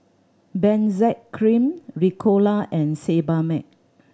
Benzac Cream Ricola and Sebamed